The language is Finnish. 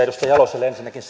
edustaja jaloselle ensinnäkin